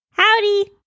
Howdy